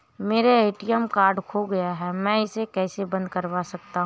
मेरा ATM card खो गया है मैं इसे कैसे बंद करवा सकता हूँ?